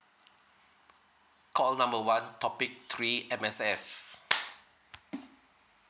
call number one topic three M_S_F